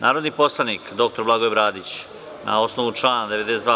Narodni poslanik dr Blagoje Bradić, na osnovu člana 92.